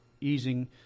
easing –